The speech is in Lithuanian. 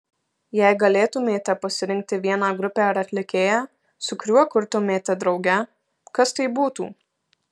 jei galėtumėte pasirinkti vieną grupę ar atlikėją su kuriuo kurtumėte drauge kas tai būtų